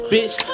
Bitch